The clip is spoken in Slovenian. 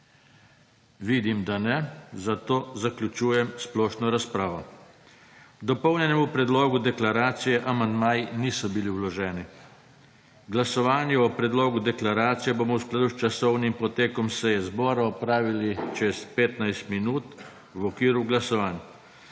da ne, zato zaključujem splošno razpravo. K Dopolnjenemu predlogu deklaracije amandmaji niso bili vloženi. Glasovanje o Predlogu deklaracije bomo v skladu s časovnim potekom seje zbora opravili čez 15 minut v okviru glasovanj.